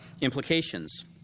implications